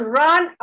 run